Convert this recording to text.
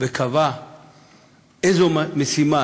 וקבע איזו משימה